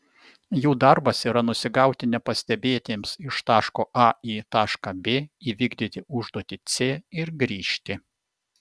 jų darbas yra nusigauti nepastebėtiems iš taško a į tašką b įvykdyti užduotį c ir grįžti